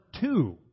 two